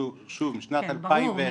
שוב משנת 2001 --- ברור,